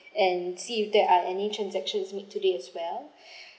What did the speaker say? and see if there are any transaction made today as well